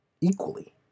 equally